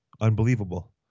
unbelievable